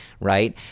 Right